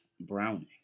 Browning